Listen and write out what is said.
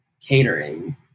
catering